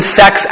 sex